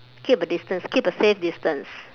keep a distance keep a safe distance